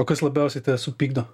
o kas labiausiai tave supykdo